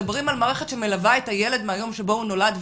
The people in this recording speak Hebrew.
מדברים על מערכת שמלווה את הילד מהיום שבו הוא נולד,